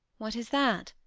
what is that?